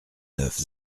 neuf